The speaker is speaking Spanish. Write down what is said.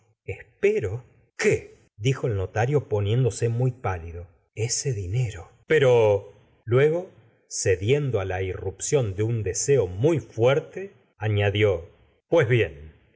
espero qué dijo el notario poniéndose muy pálido ese dinero pero luego cediendo á la irrupción de un deseo muy fuerte añadió pues bien